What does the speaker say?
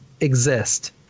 exist